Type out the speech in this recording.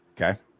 Okay